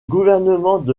gouvernement